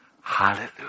Hallelujah